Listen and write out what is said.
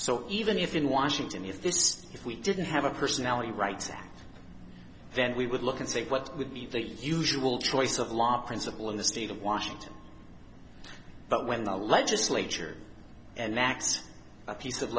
so even if in washington if this if we didn't have a personality right then we would look and see what would be the usual choice of law principle in the state of washington but when the legislature and max a piece of